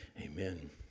amen